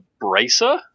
bracer